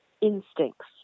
instincts